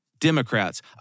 Democrats